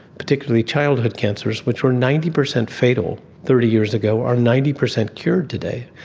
particularly childhood cancers, which were ninety percent fatal thirty years ago are ninety percent cured today.